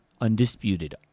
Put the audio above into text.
Undisputed